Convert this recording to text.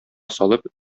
салып